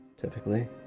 Typically